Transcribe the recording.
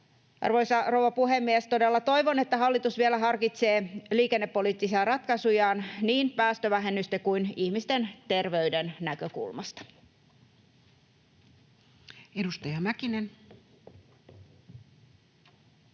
Arvoisa rouva puhemies! Todella toivon, että hallitus vielä harkitsee liikennepoliittisia ratkaisujaan niin päästövähennysten kuin ihmisten terveyden näkökulmasta. [Speech